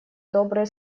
добрые